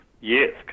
Yes